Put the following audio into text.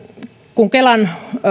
kun kelan